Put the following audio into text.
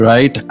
Right